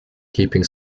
keeping